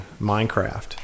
Minecraft